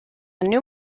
new